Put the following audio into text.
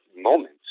moments